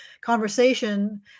conversation